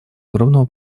огромного